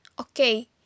Okay